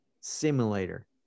simulator